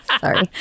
Sorry